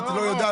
את לא יודעת,